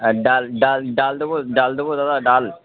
আর ডাল ডাল ডাল দেবো ডাল দেবো দাদা ডাল